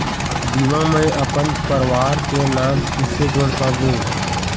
बीमा म अपन परवार के नाम किसे जोड़ पाबो?